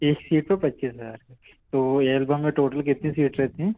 एक सीड पर पच्चीस हज़ार करके तो एलबम में टोटल कितनी सीड्स रहती हैं